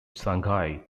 shanghai